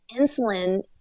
insulin